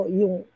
yung